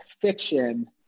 fiction